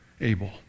Abel